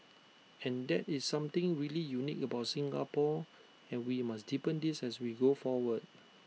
and that is something really unique about Singapore and we must deepen this as we go forward